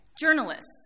journalists